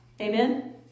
Amen